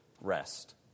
rest